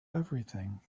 everything